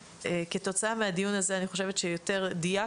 כתוצאה מהדיון הזה אני חושבת שדייקנו